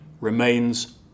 remains